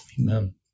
Amen